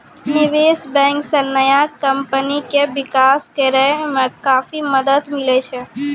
निबेश बेंक से नया कमपनी के बिकास करेय मे काफी मदद मिले छै